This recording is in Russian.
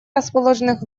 расположенных